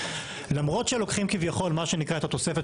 למרות שלוקחים כביכול מה שנקרא את התוספת